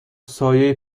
سایه